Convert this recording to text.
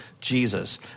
Jesus